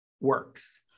works